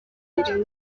ebyiri